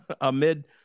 amid